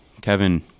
Kevin